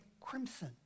crimson